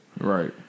right